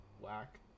whack